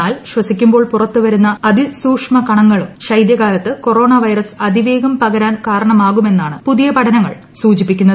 എന്നാൽ ശ്വസിക്കുമ്പോൾ പുറത്തുവരുന്ന അതിസൂക്ഷ്മ കണങ്ങളും ശൈത്യകാലത്ത് കൊറോണ വൈറസ് അതിവേഗം പകരാൻ കാരണമാകുമെന്നാണ് പുതിയ പഠനങ്ങൾ സൂചിപ്പിക്കുന്നത്